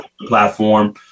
platform